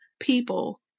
people